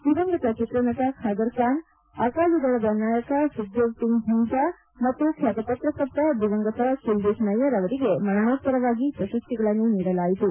ದಿವಂಗತ ಚಿತ್ರನಟ ಖಾದರ್ ಖಾನ್ ಅಕಾಲಿದಳದ ನಾಯಕ ಸುಖ್ದೇವ್ಸಿಂಗ್ ಧಿಂಡ್ವಾ ಮತ್ತು ಬ್ಬಾತ ಪತ್ರಕರ್ತ ದಿವಂಗತ ಕುಲದೀಪ್ ನೈಯ್ದರ್ ಅವರಿಗೆ ಮರಣೋತ್ತರವಾಗಿ ಪ್ರಶಸ್ತಿಗಳನ್ನು ನೀಡಲಾಯಿತು